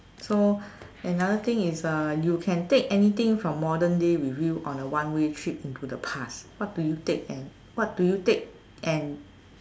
so another thing is uh you can take anything from modern day with you on a one way trip into the past what do you take and what do you take and